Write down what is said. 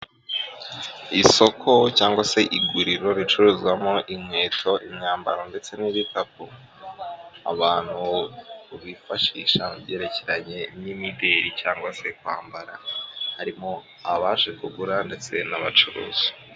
Isoko cyangwa se iguriro ricuruzwamo inkweto, imyambaro ndetse n'ibikapu abantu bifashisha mu byerekeranye n'imideli cyangwa se kwambara harimo abaje kugura ndetse n'abacuruzi.